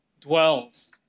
dwells